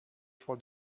for